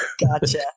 Gotcha